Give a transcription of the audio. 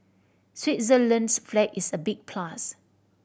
Switzerland's flag is a big plus